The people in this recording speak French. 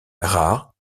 rare